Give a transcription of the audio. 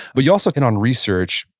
but you also can on research,